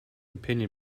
opinion